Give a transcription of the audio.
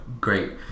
great